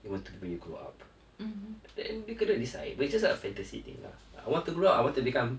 you want to be when you grow up then they cannot decide but it is just a fantasy thing lah I want to grow up I want to become